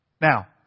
Now